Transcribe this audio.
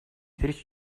речь